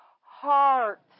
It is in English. heart